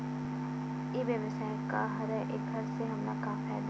ई व्यवसाय का हरय एखर से हमला का फ़ायदा हवय?